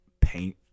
paint